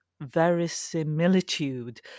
verisimilitude